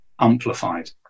amplified